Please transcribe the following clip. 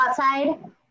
outside